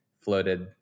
floated